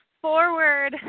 forward